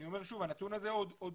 ואני אומר שוב, הנתון הזה הוא עוד